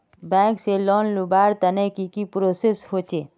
Bank से loan लुबार तने की की प्रोसेस होचे?